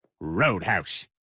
roadhouse